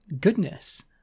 goodness